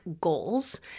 goals